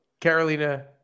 Carolina